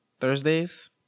Thursdays